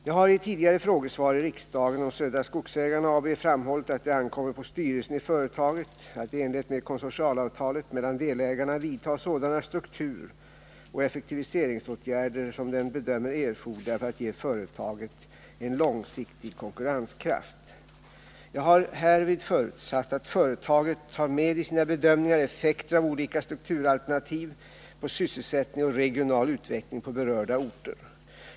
Jag har i tidigare frågesvar i riksdagen om Södra Skogsägarna AB framhållit att det ankommer på styrelsen i företaget att i enlighet med konsortialavtalet mellan delägarna vidta sådana strukturoch effektiviseringsåtgärder som den bedömer erforderliga för att ge företaget en långsiktig konkurrenskraft. Jag har härvid förutsatt att företaget tar med i sina bedömningar effekter av olika strukturalternativ på sysselsättning och regional utveckling på berörda orter.